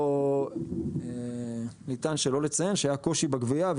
היה קושי בגבייה,